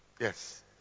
Yes